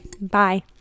Bye